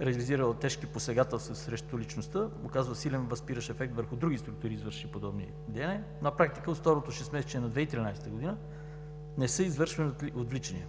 реализирала тежки посегателства срещу личността, оказва силен възпиращ ефект върху други структури, извършили подобни дейния. На практика от второто шестмесечие на 2013 г. не са извършвани отвличания